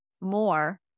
more